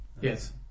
Yes